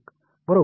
1 बरोबर